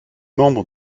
membre